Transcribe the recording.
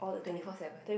twenty four seven